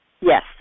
Yes